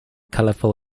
colorful